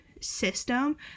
system